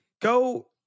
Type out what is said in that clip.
Go